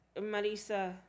Marisa